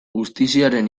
justiziaren